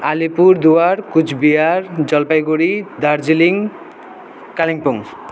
Alipurduar Cooch Behar Jalpaiguri Darjeeling Kalimpong